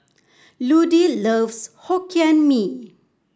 Ludie loves Hokkien Mee